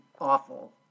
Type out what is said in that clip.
awful